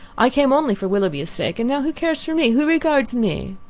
i came only for willoughby's sake and now who cares for me? who regards me?